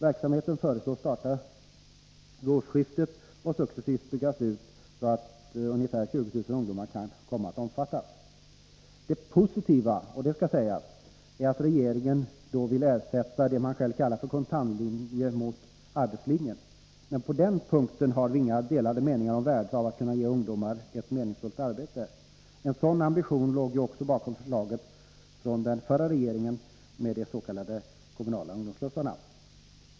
Verksamheten föreslås starta vid årsskiftet och successivt byggas ut, så att ungefär 20 000 ungdomar kan komma att omfattas. Det positiva — det skall sägas — är att regeringen vill ersätta det man själv kallar för ”kontantlinjen” med ”arbetslinjen”. På den här punkten har vi inga delade meningar om värdet av att kunna ge ungdomar ett meningsfullt arbete. En sådan ambition låg också bakom förslaget från den förra regeringen om de s.k. kommunala ungdomsslussarna.